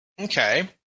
Okay